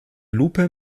lupe